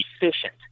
efficient